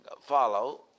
follow